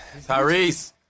Tyrese